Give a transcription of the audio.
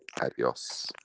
Adios